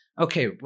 Okay